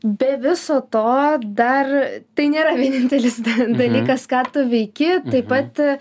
be viso to dar tai nėra vienintelis dalykas ką tu veiki taip pat